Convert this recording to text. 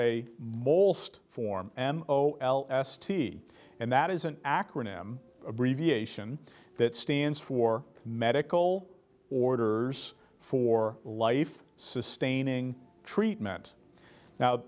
sed form an o l s t and that is an acronym abbreviation that stands for medical orders for life sustaining treatment now